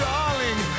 Darling